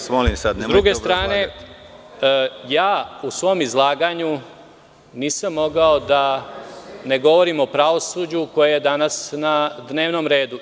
Sa druge strane, u svom izlaganju nisam mogao da ne govorim o pravosuđu koje je danas na dnevnom redu.